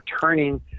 turning